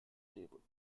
table